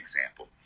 example